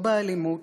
לא באלימות,